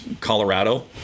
Colorado